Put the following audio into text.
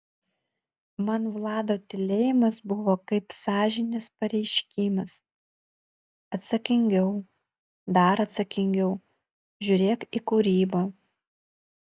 man vlado tylėjimas buvo kaip sąžinės pareiškimas atsakingiau dar atsakingiau žiūrėk į kūrybą